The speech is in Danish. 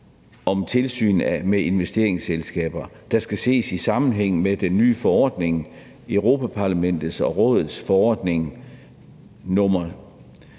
om tilsyn med investeringsselskaber, der skal ses i sammenhæng med den nye forordning, Europa-Parlamentets og Rådets forordning nr.